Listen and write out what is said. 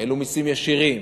העלו מסים ישירים.